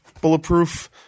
Bulletproof